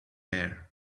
air